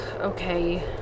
Okay